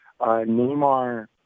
Neymar